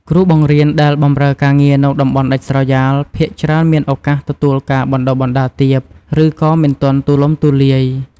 គ្រូបង្រៀនដែលបម្រើការងារនៅតំបន់ដាច់ស្រយាល ភាគច្រើនមានឱកាសទទួលការបណ្តុះបណ្តាលទាប ឬក៏មិនទាន់ទូលំទូលាយ។